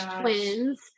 twins